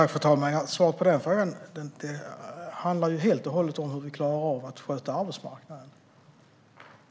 Fru talman! Svaret på den frågan har helt och hållet att göra med hur vi klarar av att sköta arbetsmarknaden.